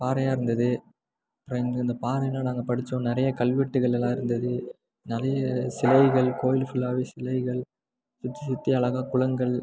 பாறையாக இருந்தது அப்புறம் இங்கே இந்த பாறையெலாம் நாங்கள் படித்தோம் நிறைய கல்வெட்டுகளெல்லாம் இருந்தது நிறையா சிலைகள் கோயில் ஃபுல்லாகவே சிலைகள் சுற்றி சுற்றி அழகா குளங்கள்